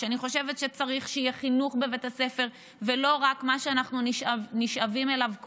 אני חושבת שצריך שיהיה חינוך בבית הספר ולא רק מה שאנחנו נשאבים אליו,